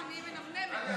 לא, אני מנמנמת.